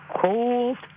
cold